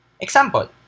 Example